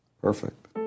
Perfect